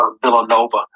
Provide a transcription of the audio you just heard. Villanova